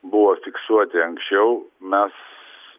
buvo fiksuoti anksčiau mes